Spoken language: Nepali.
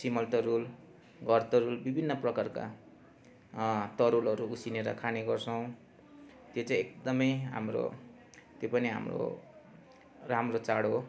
सिमल तरुल घर तरुल विभिन्न प्रकारका तरुलहरू उसिनेर खाने गर्छौँ त्यो चाहिँ एकदम हाम्रो त्यो पनि हाम्रो राम्रो चाड हो